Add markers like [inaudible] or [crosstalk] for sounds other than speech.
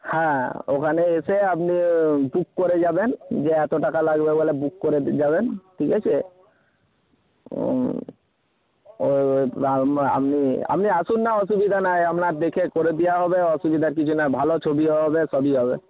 হ্যাঁ ওখানে এসে আপনি বুক করে যাবেন যে এত টাকা লাগবে বলে বুক করে [unintelligible] যাবেন ঠিক আছে [unintelligible] আপনি আপনি আসুন না অসুবিধা নেই আপনার দেখে করে দেওয়া হবে অসুবিধার কিছু নেই ভালো ছবিও হবে সবই হবে